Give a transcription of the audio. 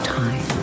time